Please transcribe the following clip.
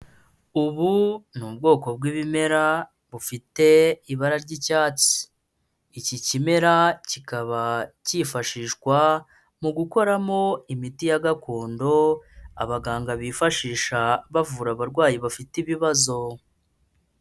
Ubu ni ubwoko bw'ibimera, bufite ibara ry'icyatsi. Iki kimera, kikaba cyifashishwa mu gukoramo imiti ya gakondo, abaganga bifashisha bavura abarwayi bafite ibibazo.